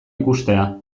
ikustea